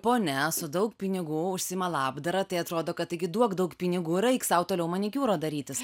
ponia su daug pinigų užsiima labdara tai atrodo kad taigi duok daug pinigų ir eik sau toliau manikiūro darytis